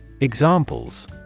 Examples